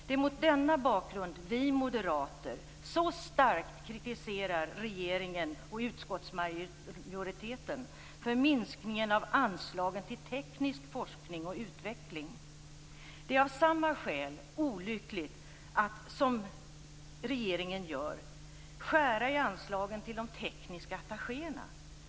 Det är mot denna bakgrund vi moderater så starkt kritiserar regeringen och utskottsmajoriteten för minskningen av anslagen till teknisk forskning och utveckling. Det är av samma skäl olyckligt att, som regeringen gör, skära i anslagen till de tekniska attachéerna.